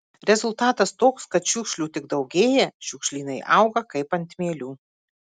rezultatas toks kad šiukšlių tik daugėja šiukšlynai auga kaip ant mielių